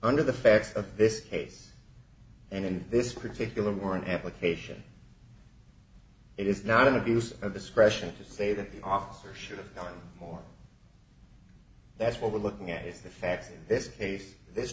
under the facts of this case and in this particular warrant application it is not an abuse of discretion to say that the officer should have done more that's what we're looking at is the facts in this case this